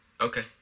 Okay